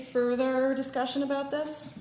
further discussion about th